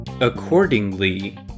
accordingly